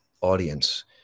audience